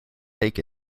take